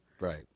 Right